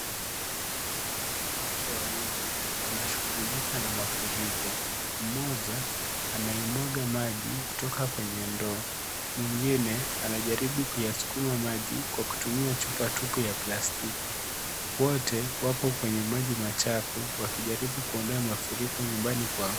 Wanawake wawili, wanashugulika na mafuriko, mmoja anaye mwaga maji, kutoka kwenye ndoo, mwingine, anajaribu kuyaskuma maji, kwa kutumia chupa tupu ya plastiki, wote wapo kwenye maji machafu, wakijaribu kuondoa mafuriko nyumbani kwao.